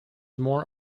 more